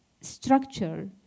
structure